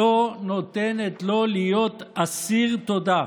שלא נותנת לו להיות אסיר תודה.